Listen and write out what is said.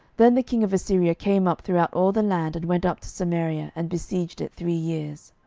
then the king of assyria came up throughout all the land, and went up to samaria, and besieged it three years.